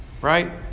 Right